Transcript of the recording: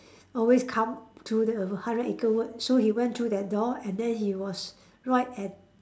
always come to the hundred acre wood so he went through that door and then he was right at